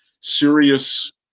serious